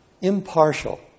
Impartial